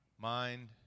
Mind